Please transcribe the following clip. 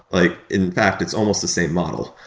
like, in fact, it's almost the same model.